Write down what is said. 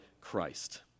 Christ